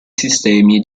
sistemi